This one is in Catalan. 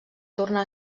tornar